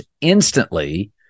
instantly